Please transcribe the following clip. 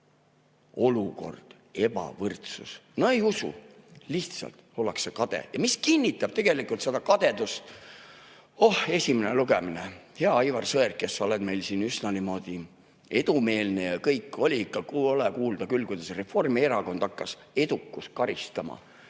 olukord, ebavõrdsus. No ei usu. Lihtsalt ollakse kade. Ja mis kinnitab seda kadedust? Oh, esimene lugemine ... Hea Aivar Sõerd, kes sa oled meil siin üsna niimoodi edumeelne ja kõik, oli ikka kole kuulda küll, kuidas Reformierakond hakkas edukust karistama.